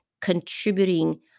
contributing